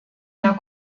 der